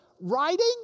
Writing